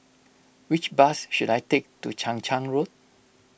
which bus should I take to Chang Charn Road